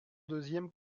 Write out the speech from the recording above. deuxième